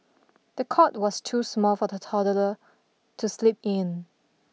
the cot was too small for the toddler to sleep in